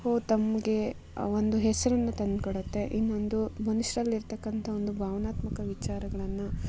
ತಮಗೆ ಒಂದು ಹೆಸರನ್ನು ತಂದು ಕೊಡುತ್ತೆ ಇನ್ನೊಂದು ಮನುಷ್ಯರಲ್ಲಿರ್ತಕ್ಕಂಥ ಒಂದು ಭಾವಾನಾತ್ಮಕ ವಿಚಾರಗಳನ್ನು